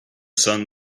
sun